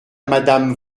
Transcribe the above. madame